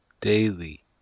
daily